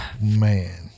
man